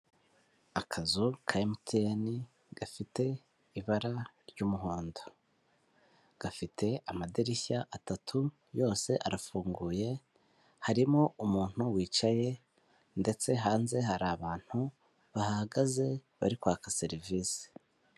Akazu ka Emutiyeni gafite ibara ry'umuhondo gafite amadirishya atatu yose arafunguye harimo umuntu wicaye ndetse hanze hari abantu bahagaze bari kwaka serivise.